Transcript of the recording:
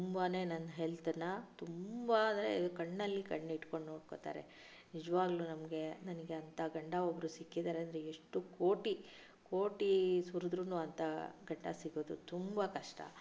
ತುಂಬಾನೇ ನನ್ನ ಹೆಲ್ತನ್ನು ತುಂಬ ಅಂದರೆ ಕಣ್ಣಲ್ಲಿ ಕಣ್ಣಿಟ್ಕೊಂಡು ನೋಡ್ಕೋತಾರೆ ನಿಜವಾಗ್ಲೂ ನಮಗೆ ನನಗೆ ಅಂಥ ಗಂಡ ಒಬ್ಬರು ಸಿಕ್ಕಿದ್ದಾರೆ ಅಂದರೆ ಎಷ್ಟು ಕೋಟಿ ಕೋಟಿ ಸುರಿದರೂನು ಅಂಥ ಗಂಡ ಸಿಗೋದು ತುಂಬ ಕಷ್ಟ